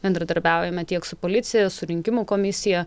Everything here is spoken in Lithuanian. bendradarbiaujame tiek su policija su rinkimų komisija